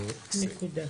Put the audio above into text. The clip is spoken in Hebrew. נקודה.